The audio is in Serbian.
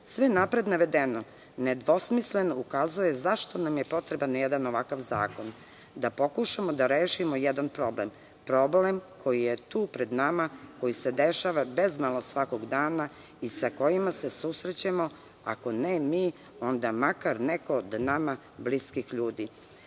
napred navedeno, nedvosmisleno ukazuje zašto nam je potreban jedan ovakav zakon, da pokušamo i rešimo jedan problem, problem koji je pred nama i koji se dešava bezmalo svakog dana i sa kojim se susrećemo, ako ne mi, onda makar od nama bliskih ljudi.